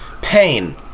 pain